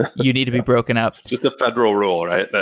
and you need to be broken up. just a federal rule, right?